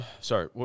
Sorry